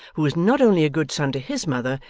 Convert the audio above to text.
who was not only a good son to his mother,